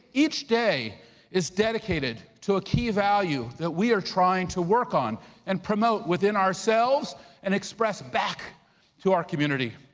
each day is dedicated to a key value that we are trying to work on and promote within ourselves and express back to our community.